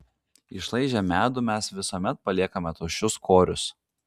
išlaižę medų mes visuomet paliekame tuščius korius